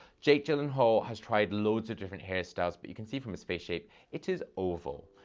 jake gyllenhaal has tried loads of different hairstyles, but you can see from his face shape, it is oval.